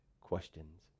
questions